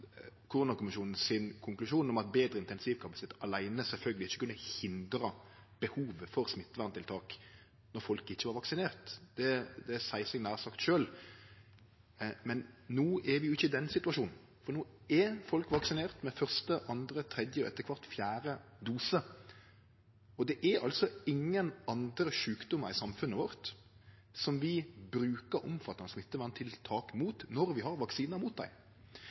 om at betre intensivkapasitet aleine sjølvsagt ikkje kunne hindra behovet for smitteverntiltak då folk ikkje var vaksinerte. Det seier seg nær sagt sjølv. Men no er vi ikkje i den situasjonen, for no er folk vaksinerte med første, andre, tredje og etter kvart fjerde dose. Og det er altså ingen andre sjukdomar i samfunnet vårt som vi brukar omfattande smitteverntiltak mot når vi har vaksinar mot dei.